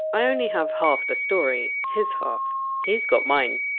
i only have half the story, his half he's got mine.